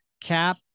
Cap